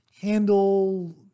handle